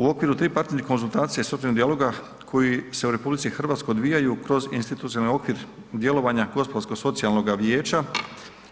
U okviru tripartitnih konzultacija i socijalnih dijaloga koji se u RH odvijaju kroz institucionalni okvir djelovanja Gospodarskog socijalnog vijeća